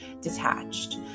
detached